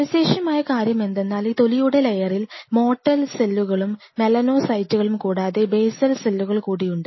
സവിശേഷമായ കാര്യം എന്തെന്നാൽ ഈ തൊലിയുടെ ലയേറിൽ മോർട്ടൽ സെല്ലുകളും മെലാനോസൈറ്റുകളും കൂടാതെ ബേസൽ സെല്ലുകൾ കൂടിയുണ്ട്